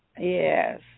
Yes